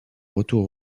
retour